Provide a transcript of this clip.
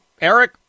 Eric